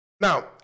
now